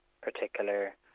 particular